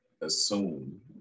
assume